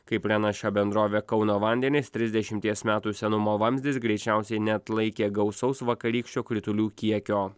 kaip praneša bendrovė kauno vandenys trisdešimties metų senumo vamzdis greičiausiai neatlaikė gausaus vakarykščio kritulių kiekio